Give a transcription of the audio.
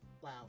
Wow